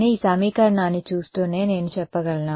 కానీ ఈ సమీకరణాన్ని చూస్తూనే నేను చెప్పగలనా